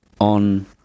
on